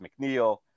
McNeil